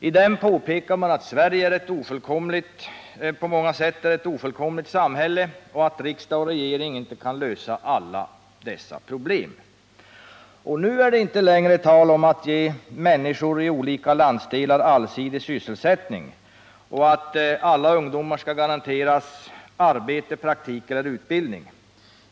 I den påpekas att Sverige på många sätt är ett ofullkomligt samhälle och att riksdag och regering inte kan lösa alla dess problem. Och nu är det inte längre tal om att ge ”människor i olika landsdelar allsidig sysselsättning” och att ”garantera ungdomar arbete, praktik eller utbildning”.